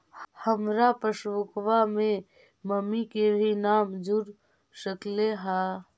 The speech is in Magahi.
हमार पासबुकवा में मम्मी के भी नाम जुर सकलेहा?